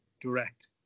direct